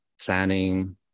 planning